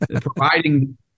providing